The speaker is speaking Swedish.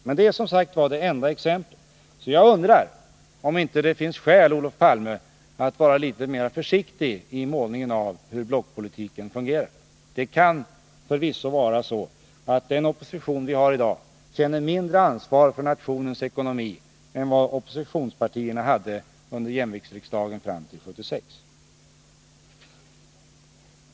Men detta är, som sagt, det enda exempel jag kan ge på försök till samförstånd. Jag undrar därför om det inte finns skäl, Olof Palme, att vara litet mera försiktig i beskrivningen av hur blockpolitiken fungerar. Det kan förvisso vara så att den opposition vi har i dag känner mindre ansvar för nationens ekonomi än oppositionspartierna gjorde under jämviktsriksdagen fram till 1976.